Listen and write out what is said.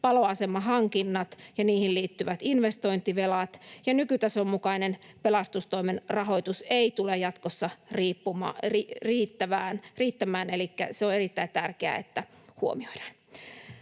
paloasemahankinnat ja niihin liittyvät investointivelat. Nykytason mukainen pelastustoimen rahoitus ei tule jatkossa riittämään, elikkä on erittäin tärkeää, että se huomioidaan.